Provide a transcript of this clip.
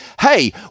hey